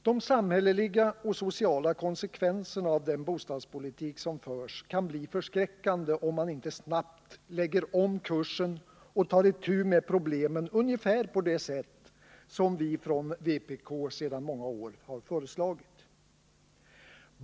De samhälleliga och sociala konsekvenserna av den bostadspolitik som förs kan bli förskräckande, om man inte snabbt lägger om kursen och tar itu med problemen ungefär på det sätt som vi från vpk sedan många år föreslagit.